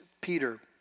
Peter